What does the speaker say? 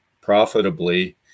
profitably